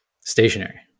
Stationary